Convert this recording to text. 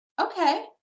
Okay